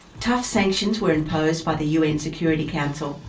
tough sanctions were imposed by the un security council,